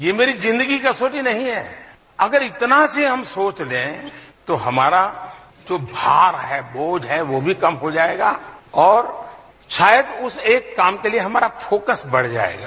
ये मेरी जिंदगी की कसौटी नहीं है अगर इतना सा हम सोच लें तो हमारा जो भार है बोझ है वो भी कम हो जाएगा और शायद उस एक काम के लिए हमारा फोकस बढ़ जाएगा